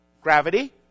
Gravity